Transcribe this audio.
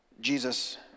Jesus